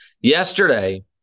yesterday